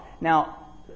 Now